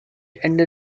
ende